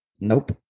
Nope